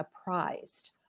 apprised